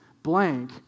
Blank